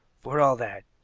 for all that,